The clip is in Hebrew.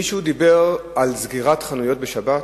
מישהו דיבר על סגירת חנויות בשבת?